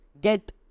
get